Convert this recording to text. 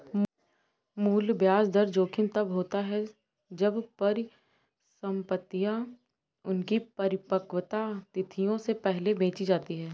मूल्य ब्याज दर जोखिम तब होता है जब परिसंपतियाँ उनकी परिपक्वता तिथियों से पहले बेची जाती है